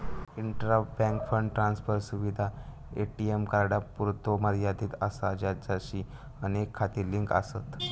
intra bank fund transfer सुविधा ATM कार्डांपुरतो मर्यादित असा ज्याचाशी अनेक खाती लिंक आसत